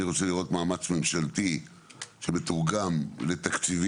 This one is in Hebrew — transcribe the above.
אני רוצה לראות מאמץ ממשלתי שמתורגם לתקציבים